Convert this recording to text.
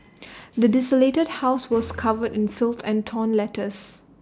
the desolated house was covered in filth and torn letters